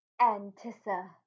antissa